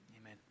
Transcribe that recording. Amen